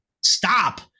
stop